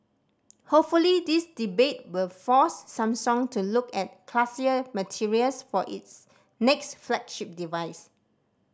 hopefully this debate will force Samsung to look at classier materials for its next flagship device